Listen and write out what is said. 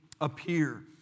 appear